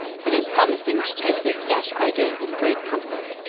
that in promising to take this step i gave him great comfort.